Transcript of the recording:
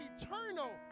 eternal